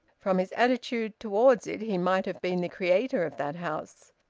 from his attitude towards it, he might have been the creator of that house.